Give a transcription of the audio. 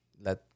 let